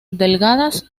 delgadas